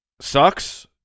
sucks